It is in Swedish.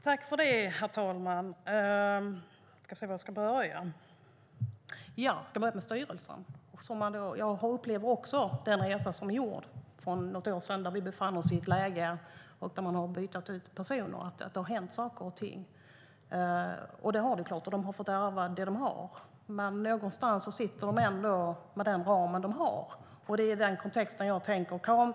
Herr talman! Låt mig börja med styrelsen. Jag upplever också att vi har gjort en resa från det läge där vi befann oss för något år sedan. Man har bytt ut personer, och det har hänt saker och ting. Men de har fått ärva det de har, och de sitter med den ram de har. Det är i den kontexten jag tänker.